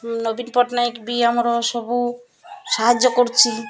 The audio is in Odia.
ନବୀନ ପଟ୍ଟନାୟକ ବି ଆମର ସବୁ ସାହାଯ୍ୟ କରୁଛି